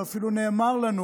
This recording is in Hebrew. ואפילו נאמר לנו